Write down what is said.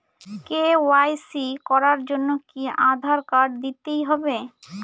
KYC করার জন্য কি আধার কার্ড দিতেই হবে?